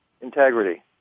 integrity